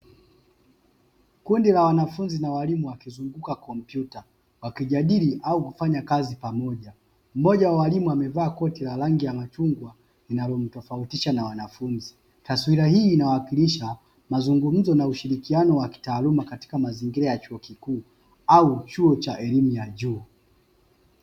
Kundi la wanafunzi na walimu wakizunguka kompyuta, wakijadili au kufanya kazi pamoja. Mmoja wa walimu amevaa koti la rangi ya machungwa linalomtofautisha na wanafunzi. Taswira hii inawakilisha mazungumzo na ushirikiano wa kitaaluma katika mazingira ya chuo kikuu au chuo cha elimu ya juu.